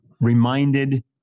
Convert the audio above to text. reminded